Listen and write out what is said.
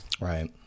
Right